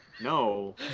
No